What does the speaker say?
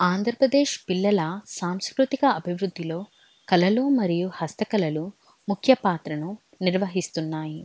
ఆంధ్రప్రదేశ్ పిల్లల సాంస్కృతిక అభివృద్ధిలో కళలో మరియు హస్తకళలు ముఖ్య పాత్రను నిర్వహిస్తున్నాయి